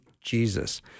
Jesus